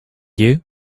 you